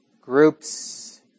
groups